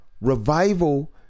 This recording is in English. revival